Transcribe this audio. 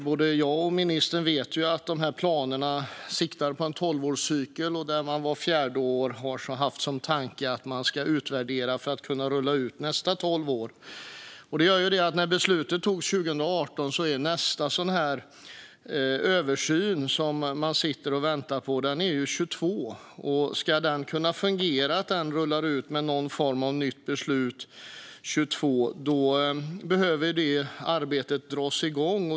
Både jag och ministern vet att dessa planer siktar på en tolvårscykel, där man har haft som tanke att man vart fjärde år ska utvärdera för att kunna rulla ut kommande tolv år. När beslutet togs 2018 skulle alltså nästa översyn, som man sitter och väntar på, ske 2022. Om denna ska kunna fungera så att någon form av nytt beslut rullas ut 2022 behöver detta arbete dras igång.